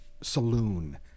saloon